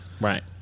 Right